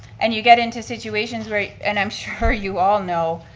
and you get into situations where, and i'm sure you all know,